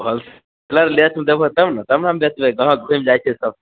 wholesaler रेटमे देबहो तब ने तब ने हम बेचबै ग्राहक घूमि जाइ छै सब